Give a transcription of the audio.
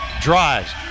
drives